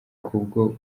kubwo